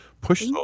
push